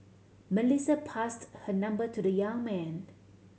Melissa passed her number to the young man